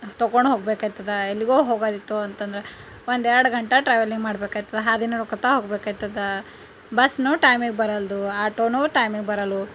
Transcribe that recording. ತೊಕೊಂಡ್ಹೋಗಬೇಕಾಯ್ತದ ಎಲ್ಲಿಗೋ ಹೋಗೋದಿತ್ತು ಅಂತಂದರೆ ಒಂದು ಎರಡು ಗಂಟೆ ಟ್ರಾವೆಲಿಂಗ್ ಮಾಡಬೇಕಾಯ್ತದ ಹಾದಿನೋಡ್ಕುತ್ತಾ ಹೋಗಬೇಕಾಯ್ತದ ಬಸ್ನು ಟೈಮಿಗೆ ಬರಲ್ದು ಆಟೋನೂ ಟೈಮಿಗೆ ಬರಲ್ವು